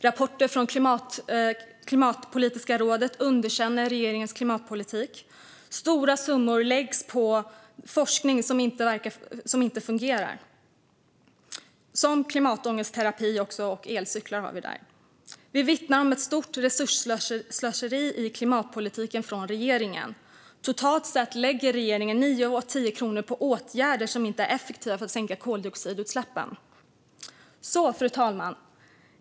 Rapporter från Klimatpolitiska rådet underkänner regeringens klimatpolitik. Stora summor läggs på forskning som inte fungerar, på klimatångestterapi och på elcyklar. Det vittnar om ett stort resursslöseri i klimatpolitiken från regeringen. Totalt lägger regeringen nio av tio kronor på åtgärder som inte är effektiva för att minska koldioxidutsläppen. Fru talman!